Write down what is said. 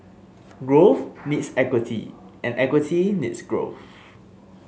growth needs equity and equity needs growth